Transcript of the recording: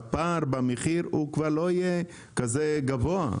שהפער במחיר כבר לא יהיה כזה גבוה.